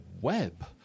web